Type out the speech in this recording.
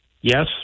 yes